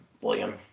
William